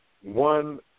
one